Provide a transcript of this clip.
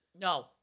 No